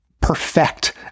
perfect